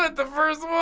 but the first one.